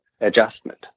adjustment